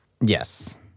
Yes